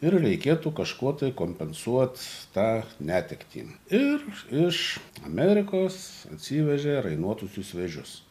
ir reikėtų kažko tai kompensuot tą netektį ir iš amerikos atsivežė rainuotuosius vėžius